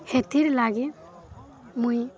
ହେତିର୍ ଲାଗି ମୁଇଁ